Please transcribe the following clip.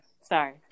sorry